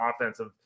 offensive